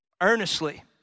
earnestly